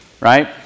right